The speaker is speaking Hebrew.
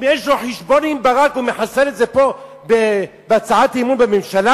אם יש לו חשבון עם ברק הוא מחסל את זה פה בהצעת אי-אמון בממשלה?